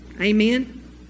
Amen